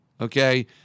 Okay